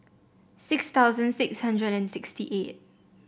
six thousand six hundred and sixty eight